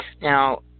Now